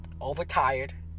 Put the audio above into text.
Overtired